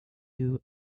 you